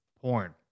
porn